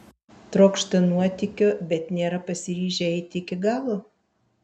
trokšta nuotykio bet nėra pasiryžę eiti iki galo